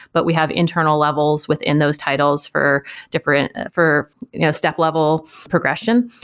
but we have internal levels within those titles for different for step-level progression,